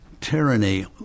tyranny